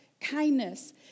kindness